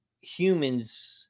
humans